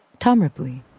tom ripley.